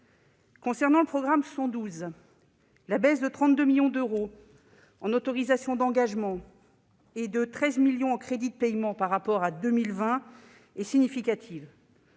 Concernant le programme 112, la baisse de 32 millions d'euros en autorisations d'engagement et de 13 millions d'euros en crédits de paiement par rapport à 2020 est significative.